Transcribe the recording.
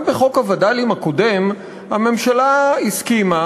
גם בחוק הווד"לים הקודם הממשלה הסכימה,